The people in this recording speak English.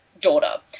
daughter